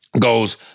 goes